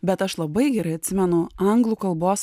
bet aš labai gerai atsimenu anglų kalbos